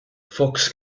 fox